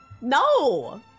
no